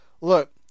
look